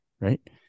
right